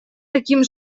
таким